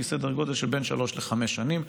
שהיא סדר גודל של בין שלוש לחמש שנים,